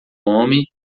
homem